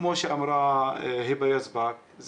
כמו שאמרה היבה יזבק,